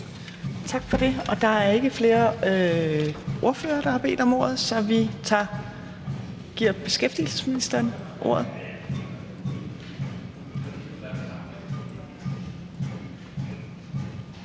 Tak for det. Der er ikke flere ordførere, der har bedt om ordet, så vi giver beskæftigelsesministeren ordet.